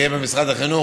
תהיה במשרד החינוך,